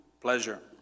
pleasure